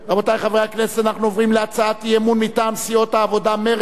אנחנו עוברים להצעת אי-אמון מטעם סיעות העבודה מרצ בנושא: